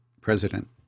president